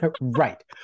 right